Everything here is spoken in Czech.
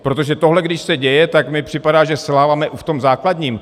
Protože tohle když se děje, tak mi připadá, že selháváme i v tom základním.